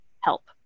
help